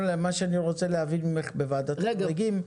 מה שאני רוצה להבין ממך בוועדת חריגים,